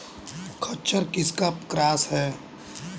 खच्चर किसका क्रास है?